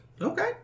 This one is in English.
Okay